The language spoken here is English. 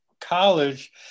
college